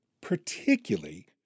particularly